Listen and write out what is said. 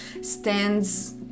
stands